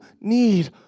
need